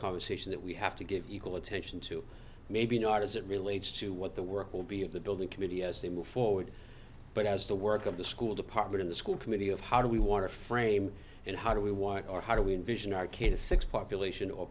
conversation that we have to give equal attention to maybe not as it relates to what the work will be of the building committee as they move forward but as the work of the school department in the school committee of how do we want to frame it how do we want or how do we envision our kids six population or